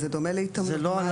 זה דומה להתעמלות.